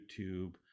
YouTube